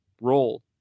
role